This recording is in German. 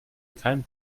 kein